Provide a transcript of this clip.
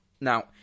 Now